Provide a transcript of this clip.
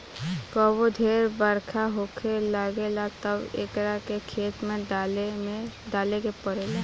कबो ढेर बरखा होखे लागेला तब एकरा के खेत में डाले के पड़ेला